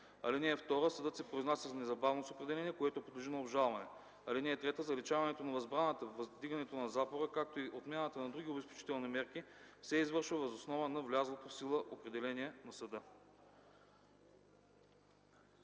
(2) Съдът се произнася незабавно с определение, което подлежи на обжалване. (3) Заличаването на възбраната, вдигането на запора, както и отмяната на другите обезпечителни мерки се извършва въз основа на влязлото в сила определение на съда.”